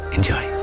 Enjoy